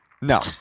No